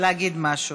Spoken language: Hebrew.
להגיד משהו.